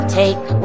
take